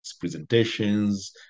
presentations